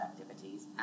activities